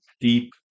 deep